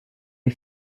les